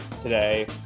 today